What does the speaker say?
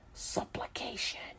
Supplication